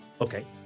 Okay